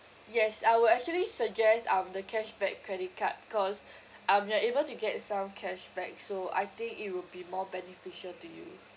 yes I will actually suggest um the cashback credit card because um you are able to get some cashback so I think it will be more beneficial to you